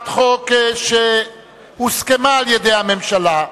שהוסכמה בממשלה,